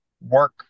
work